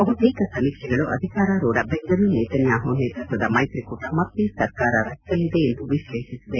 ಬಹುತೇಕ ಸಮೀಕ್ಷೆಗಳು ಅಧಿಕಾರಾರೂಢ ಬೆಂಜಮಿನ್ ನೇತನ್ಯಾಹು ನೇತೃತ್ವದ ಮೈತ್ರಿಕೂಟ ಮತ್ತೆ ಸರ್ಕಾರ ರಚಿಸಲಿದೆ ಎಂದು ವಿಶ್ಲೇಷಿಸಿದೆ